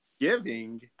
Giving